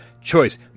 choice